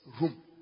room